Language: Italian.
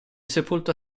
sepolto